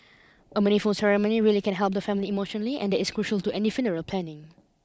a meaningful ceremony really can help the family emotionally and that is crucial to any funeral planning